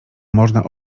można